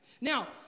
Now